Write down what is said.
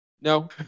No